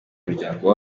muryango